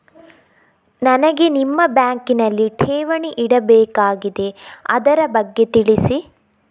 ನನಗೆ ನಿಮ್ಮ ಬ್ಯಾಂಕಿನಲ್ಲಿ ಠೇವಣಿ ಇಡಬೇಕಾಗಿದೆ, ಅದರ ಬಗ್ಗೆ ತಿಳಿಸಿ